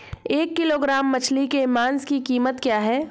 एक किलोग्राम मछली के मांस की कीमत क्या है?